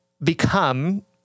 become